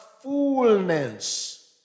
fullness